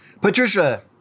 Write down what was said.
Patricia